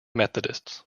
methodists